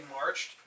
marched